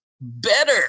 better